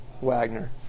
Wagner